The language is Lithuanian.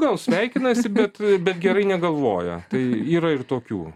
gal sveikinasi bet bet gerai negalvoja tai yra ir tokių